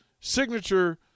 signature